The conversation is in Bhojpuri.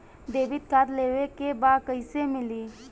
डेबिट कार्ड लेवे के बा कईसे मिली?